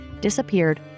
disappeared